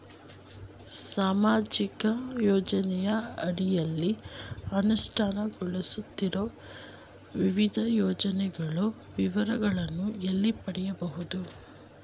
ಸಾಮಾಜಿಕ ಯೋಜನೆಯ ಅಡಿಯಲ್ಲಿ ಅನುಷ್ಠಾನಗೊಳಿಸುತ್ತಿರುವ ವಿವಿಧ ಯೋಜನೆಗಳ ವಿವರಗಳನ್ನು ಎಲ್ಲಿ ಪಡೆಯಬಹುದು?